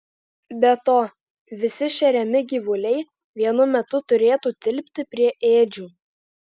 be to visi šeriami gyvuliai vienu metu turėtų tilpti prie ėdžių